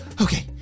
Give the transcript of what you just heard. Okay